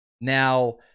now